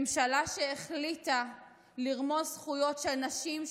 ממשלה שהחליטה לרמוס זכויות של נשים,